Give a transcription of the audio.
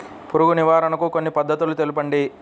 పురుగు నివారణకు కొన్ని పద్ధతులు తెలుపండి?